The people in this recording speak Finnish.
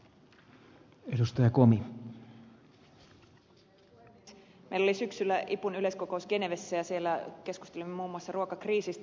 meillä oli syksyllä ipun yleiskokous genevessä ja siellä keskustelimme muun muassa ruokakriisistä